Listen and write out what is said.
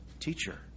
teacher